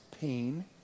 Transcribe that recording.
pain